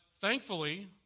thankfully